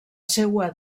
seua